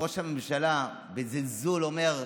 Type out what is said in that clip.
וראש הממשלה בזלזול אומר: